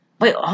Wait